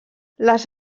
les